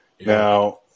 now